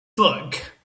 book